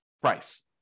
price